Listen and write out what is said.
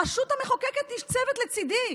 הרשות המחוקקת ניצבת לצידי,